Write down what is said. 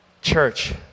Church